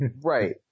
Right